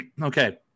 Okay